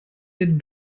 der